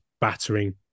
battering